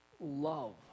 love